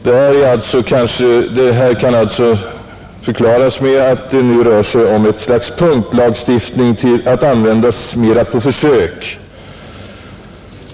Detta kan alltså kanske förklaras med att det nu rör sig om ett slags punktlagstiftning att användas mera på försök.